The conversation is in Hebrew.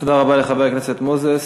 תודה רבה לחבר הכנסת מוזס.